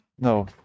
no